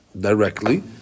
directly